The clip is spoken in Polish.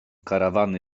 karawany